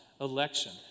election